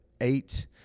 eight